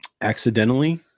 accidentally